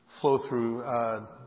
flow-through